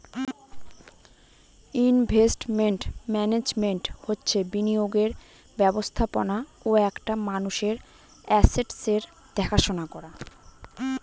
investment management হচ্ছে বিনিয়োগের ব্যবস্থাপনা ও একটা মানুষের আসেটসের দেখাশোনা করা